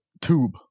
tube